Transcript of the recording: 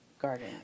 garden